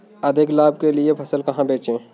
अधिक लाभ के लिए फसल कहाँ बेचें?